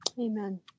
Amen